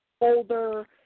older